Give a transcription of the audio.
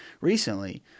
recently